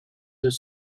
deux